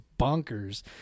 bonkers